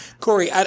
Corey